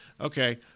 Okay